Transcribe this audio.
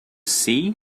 sea